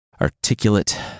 articulate